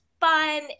fun